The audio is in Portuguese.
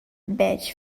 betty